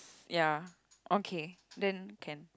ya okay then can